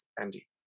Andy